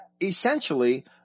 essentially